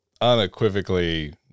unequivocally